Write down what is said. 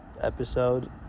episode